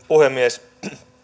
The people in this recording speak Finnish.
puhemies